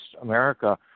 America